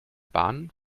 bahn